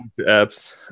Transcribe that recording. apps